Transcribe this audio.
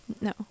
No